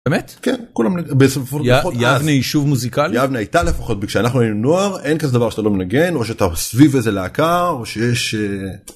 ‫באמת? ‫-כן, בסופו של דבר, אז יבנה הייתה לפחות, ‫כשאנחנו היינו נוער אין כזה דבר שאתה לא מנגן, ‫או שאתה סביב איזה להקה או שיש...